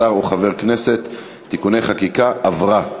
שר או חבר הכנסת (תיקוני חקיקה) נתקבלה.